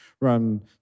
run